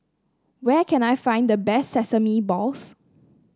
where can I find the best Sesame Balls